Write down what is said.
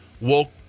woke